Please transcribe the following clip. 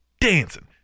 dancing